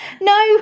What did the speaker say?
No